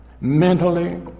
mentally